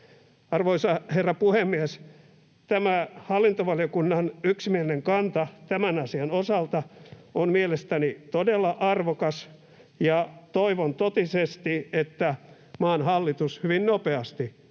Arvoisa herra puhemies! Tämä hallintovaliokunnan yksimielinen kanta tämän asian osalta on mielestäni todella arvokas, ja toivon totisesti, että maan hallitus hyvin nopeasti toisi